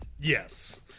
Yes